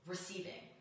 Receiving